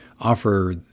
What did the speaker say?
offer